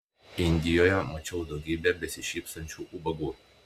indijoje mačiau daugybę besišypsančių ubagų